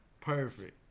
perfect